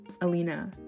Alina